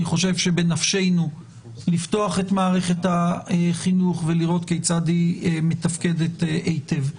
אני חושב שבנפשנו לפתוח את מערכת החינוך ולראות כיצד היא מתפקדת היטב.